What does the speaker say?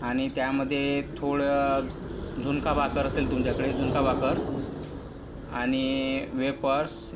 आणि त्यामध्ये थोडं झुणका भाकर असेल तुमच्याकडे झुणका भाकर आणि वेपर्स